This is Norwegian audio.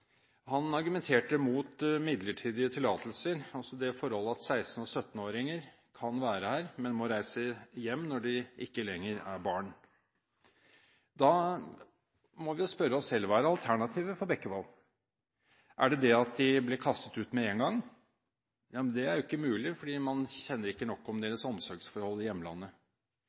Han argumenterte mot midlertidige tillatelser, altså det forhold at 16–17-åringer kan være her, men må reise hjem når de ikke lenger er barn. Da må vi jo spørre oss selv: Hva er alternativet for Bekkevold? Er det det at de blir kastet ut med en gang? Men det er jo ikke mulig, for man kjenner ikke nok til deres omsorgsforhold i hjemlandet.